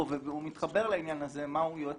וזה מתחבר לעניין הזה מה הוא יועץ